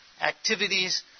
activities